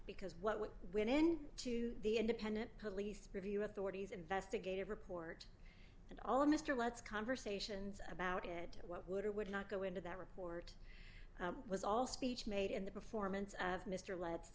because what when in to the independent police preview authorities investigative report and all mr let's conversations about it what would or would not go into that report was all speech made in the performance of mr let's